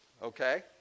Okay